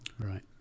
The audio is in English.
Right